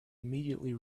immediately